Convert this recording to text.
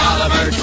Oliver